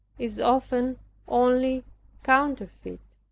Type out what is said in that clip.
is often only counterfeit.